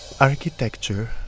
architecture